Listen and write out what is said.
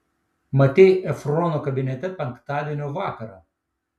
matei efrono kabinete penktadienio vakarą